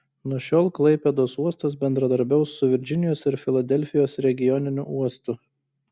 nuo šiol klaipėdos uostas bendradarbiaus su virdžinijos ir filadelfijos regioniniu uostu